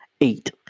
Eight